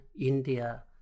India